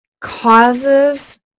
causes